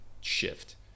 shift